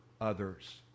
others